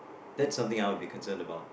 that's something that I'll be concern about